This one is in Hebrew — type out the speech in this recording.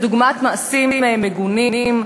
דוגמת מעשים מגונים,